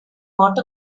bought